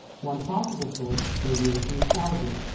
one possible source for aviation is algae,